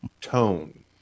tone